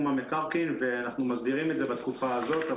המקרקעין ואנחנו מסדירים את זה בתקופה הזאת,